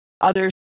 Others